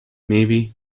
maybe